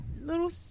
Little